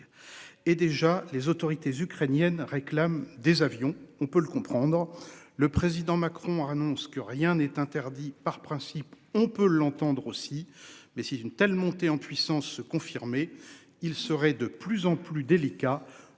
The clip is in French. Et déjà, les autorités ukrainiennes réclament des avions, on peut le comprendre. Le président Macron annonce que rien n'est interdit par principe on peut l'entendre aussi. Mais si une telle montée en puissance se confirmer, ils seraient de plus en plus délicat